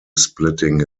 splitting